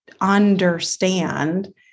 understand